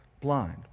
blind